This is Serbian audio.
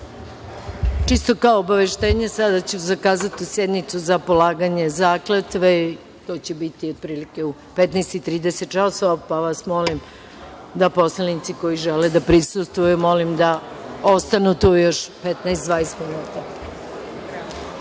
kao obaveštenje sada ću zakazati sednicu za polaganje zakletve i to će biti otprilike u 15,30 časova, pa vas molim da poslanici koji žele da prisustvuju, molim da ostanu tu još 15, 20 minuta.